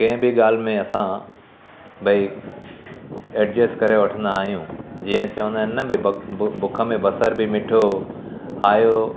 कंहिं बि ॻाल्हि में असां भई एडजस्ट करे वठंदा आहियूं जीअं चवंदा आहिनि न भई बु बु बुख में बसर बि मिठो आहियो